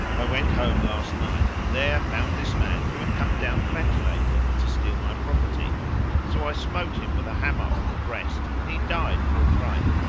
i went home last night and there found this man who had come down the ventilator to steal my property so i smote him with a hammer on the breast and he died forthright.